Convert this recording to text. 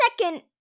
Second